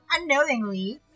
unknowingly